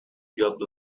got